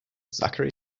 zachary